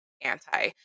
anti